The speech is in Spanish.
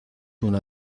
una